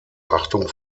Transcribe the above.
achtung